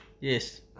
Yes